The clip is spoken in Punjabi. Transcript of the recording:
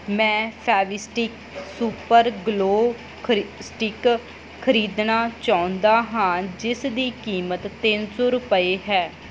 ਮੈਂ ਫੇਵਿਸਟਿਕ ਸੁਪਰ ਗਲੋ ਖਰੀ ਸਟਿਕ ਖਰੀਦਣਾ ਚਾਹੁੰਦਾ ਹਾਂ ਜਿਸ ਦੀ ਕੀਮਤ ਤਿੰਨ ਸੌ ਰੁਪਏ ਹੈ